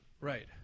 Right